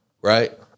right